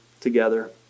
together